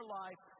life